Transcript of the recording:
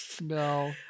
No